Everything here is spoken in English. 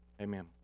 Amen